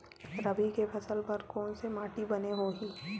रबी के फसल बर कोन से माटी बने होही?